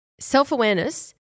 Self-awareness